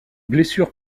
blessure